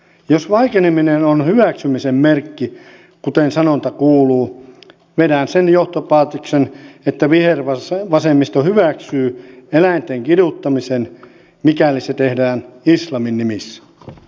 jos vaikeneminen on hyväksymisen merkki kuten sanonta kuuluu vedän sen johtopäätöksen että vihervasemmisto hyväksyy eläinten kiduttamisen mikäli se tehdään islamin nimissä